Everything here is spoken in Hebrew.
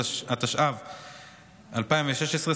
התשע"ו 2016,